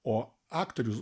o aktorius